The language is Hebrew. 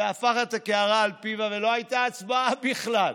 והפך את הקערה על פיה, ולא הייתה הצבעה בכלל.